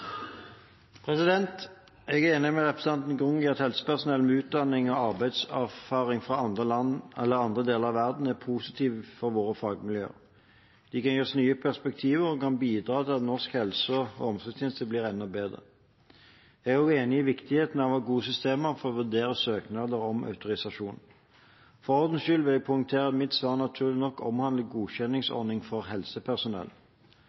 enig med representanten Grung i at helsepersonell med utdanning og arbeidserfaring fra andre deler av verden er positivt for våre fagmiljøer. De kan gi oss nye perspektiver, og det kan bidra til at norsk helse- og omsorgstjeneste blir enda bedre. Jeg er også enig i viktigheten av å ha gode systemer for å vurdere søknader om autorisasjon. For ordens skyld vil jeg poengtere at mitt svar naturlig nok